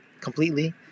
completely